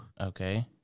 Okay